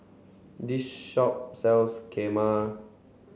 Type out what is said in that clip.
this shop sells Kheema